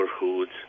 neighborhoods